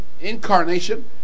incarnation